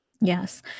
Yes